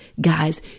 Guys